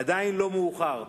עדיין לא מאוחר.